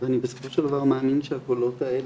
ואני בסופו של דבר מאמין שהקולות האלה,